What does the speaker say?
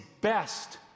best